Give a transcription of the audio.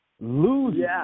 Losing